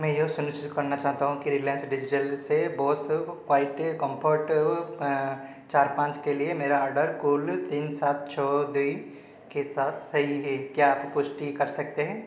मैं यह सुनिश्चित करना चाहता हूँ कि रिलाइंस डिजिटल से बोस क्वाइटकम्फर्ट चार पाँच के लिए मेरा ऑर्डर कुल तीन सात छः दुइ के साथ सही है क्या आप पुष्टि कर सकते हैं